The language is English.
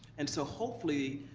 and so, hopefully,